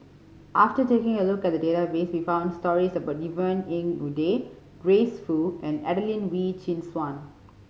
after taking a look at the database we found stories about Yvonne Ng Uhde Grace Fu and Adelene Wee Chin Suan